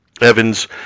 Evans